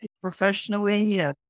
professionally